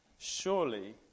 Surely